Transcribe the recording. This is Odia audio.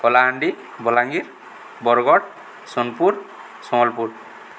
କଳାହାଣ୍ଡି ବଲାଙ୍ଗୀର ବରଗଡ଼ ସୋନପୁର ସମ୍ବଲପୁର